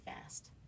fast